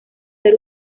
ser